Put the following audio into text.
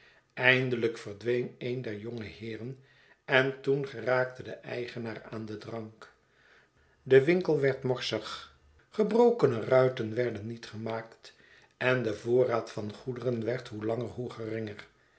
eindelijk verdween een der jonge heeren en toen geraakte de eigenaar aan den drank de winkel werd morsig gebrokene ruiten werden niet gemaakt en de voorraad van goederen werd hoe langer hoe